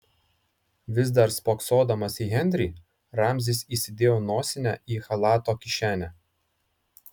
vis dar spoksodamas į henrį ramzis įsidėjo nosinę į chalato kišenę